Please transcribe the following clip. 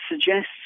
suggests